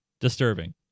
disturbing